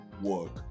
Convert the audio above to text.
work